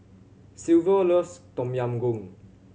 Silvio loves Tom Yam Goong